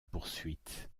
poursuite